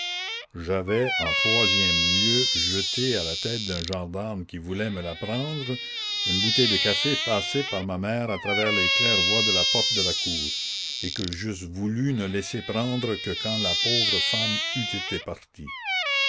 j'avais en troisième lieu jeté à la tête d'un gendarme qui voulait me la prendre une bouteille de café passée par ma mère à travers les claires-voies de la porte de la cour et que j'eusse voulu ne laisser prendre que quand la pauvre femme eût été partie